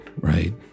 right